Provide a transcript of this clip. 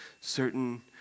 certain